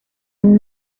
and